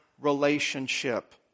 relationship